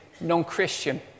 non-Christian